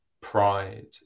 pride